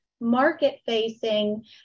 market-facing